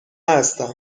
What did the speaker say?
هستم